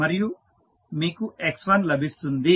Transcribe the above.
మరియు మీకు x1 లభిస్తుంది